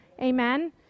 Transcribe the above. Amen